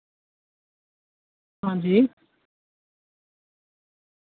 हांजी